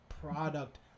product